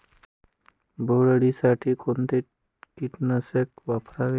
बोंडअळी साठी कोणते किटकनाशक वापरावे?